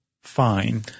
fine